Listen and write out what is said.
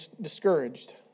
discouraged